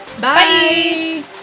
Bye